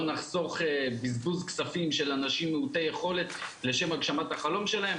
לא נחסוך בזבוז כספים של אנשים מיעוטי יכולת לשם הגשמת החלום שלהם.